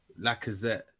Lacazette